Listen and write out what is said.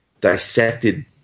dissected